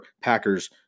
Packers